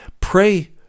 Pray